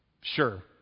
sure